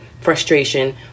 frustration